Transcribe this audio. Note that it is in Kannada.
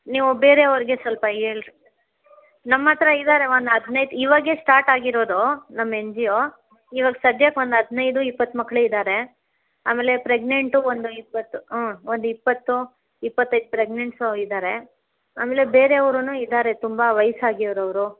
ನೀವು ಬೇರೆ ಅವ್ರಿಗೆ ಸ್ವಲ್ಪ ಹೇಳಿರಿ ನಮ್ಮ ಹತ್ರ ಇದ್ದಾರೆ ಒಂದು ಹದ್ನೈದು ಇವಾಗೆ ಸ್ಟಾರ್ಟ್ ಆಗಿರೋದು ನಮ್ಮ ಎನ್ ಜಿ ಯೋ ಇವಾಗ ಸದ್ಯಕ್ಕೆ ಒಂದು ಹದಿನೈದು ಇಪ್ಪತ್ತು ಮಕ್ಕಳು ಇದ್ದಾರೆ ಆಮೇಲೆ ಪ್ರಗ್ನೆಂಟು ಒಂದು ಇಪ್ಪತ್ತು ಒಂದು ಇಪ್ಪತ್ತು ಇಪ್ಪತ್ತೈದು ಪ್ರಗ್ನೆನ್ಸು ಇದ್ದಾರೆ ಆಮೇಲೆ ಬೇರೆ ಅವರೂನು ಇದ್ದಾರೆ ತುಂಬ ವಯ್ಸು ಆಗಿರುವರು